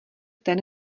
ten